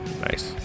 Nice